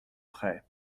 près